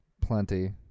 plenty